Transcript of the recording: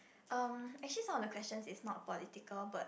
um actually some of the questions is not political but